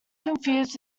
confused